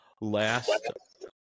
last